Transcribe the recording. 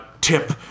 Tip